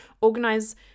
organize